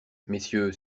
messieurs